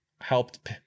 helped